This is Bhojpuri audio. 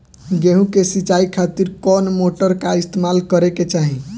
गेहूं के सिंचाई खातिर कौन मोटर का इस्तेमाल करे के चाहीं?